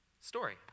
story